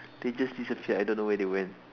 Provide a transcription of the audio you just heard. they just disappeared I don't know where they went